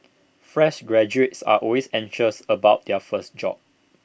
fresh graduates are always anxious about their first job